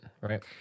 Right